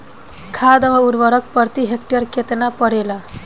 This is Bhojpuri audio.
खाद व उर्वरक प्रति हेक्टेयर केतना परेला?